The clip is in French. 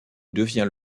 devient